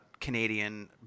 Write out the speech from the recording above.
Canadian